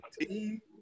team